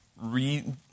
read